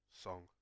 song